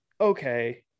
okay